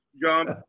jump